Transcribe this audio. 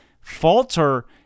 falter